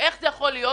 איך זה יכול להיות